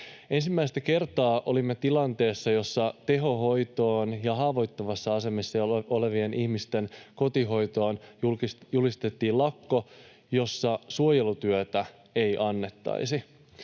Ensimmäistä kertaa olimme tilanteessa, jossa tehohoitoon ja haavoittuvassa asemassa olevien ihmisten kotihoitoon julistettiin lakko, jossa suojelutyötä ei annettaisi.